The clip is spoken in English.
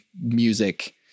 music